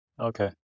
Okay